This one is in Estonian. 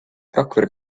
rakvere